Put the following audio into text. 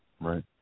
Right